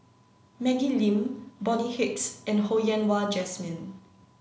Maggie Lim Bonny Hicks and Ho Yen Wah Jesmine